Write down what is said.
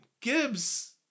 Gibbs